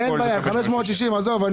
זה בסדר,